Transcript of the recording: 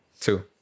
Two